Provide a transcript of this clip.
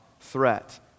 threat